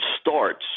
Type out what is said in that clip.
starts